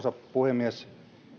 puhemies